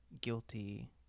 guilty